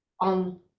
on